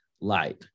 light